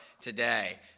today